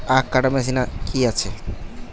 আখ কাটা মেশিন কি আছে?